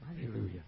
Hallelujah